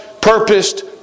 purposed